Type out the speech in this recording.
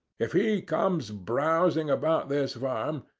if he comes browsing about this farm,